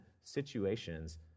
situations